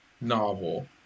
novel